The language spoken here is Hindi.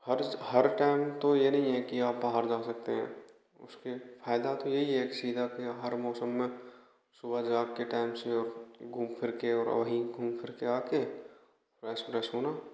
हर हर टाइम तो ये नहीं है कि आप बाहर जा सकते हैं उसके फायदा तो यही है एक सीधा की हर मौसम में सुबह जा के टाइम से घूम फिर के और वही घूम फिर के आके फ्रेस व्रेस होना